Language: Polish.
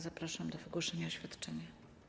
Zapraszam do wygłoszenia oświadczenia.